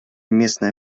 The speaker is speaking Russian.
местной